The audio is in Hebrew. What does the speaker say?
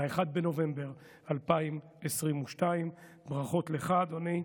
ב-1 בנובמבר 2022. ברכות לך, אדוני,